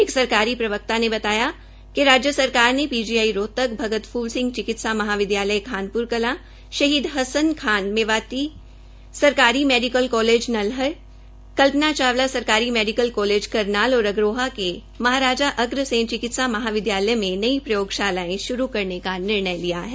एक सरकारी प्रवक्ता ने बताया कि राज्य सरकार ने पीजीआईएमएस रोहतक भगत फूल सिंह चिकित्सा महाविद्यालय महिला खानप्रकलां शहीद हसन खान मेवाती सरकारी ेमेडिकल कालेज नलहर कल्पना चावला सरकारी मेडिकल कालेज करनाल और अग्रोहा के महाराजा अग्रसेन चिकित्सा महाविद्यालय में नई प्रयोगशालायें श्रू करने का निर्णय लिया है